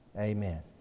Amen